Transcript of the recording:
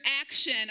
action